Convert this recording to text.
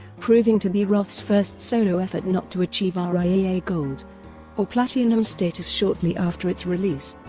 proving to be roth's first solo effort not to achieve ah riaa gold or platinum status shortly after its release.